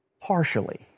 partially